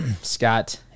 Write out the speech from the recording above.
Scott